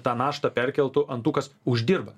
tą naštą perkeltų ant tų kas uždirba